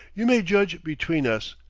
you may judge between us,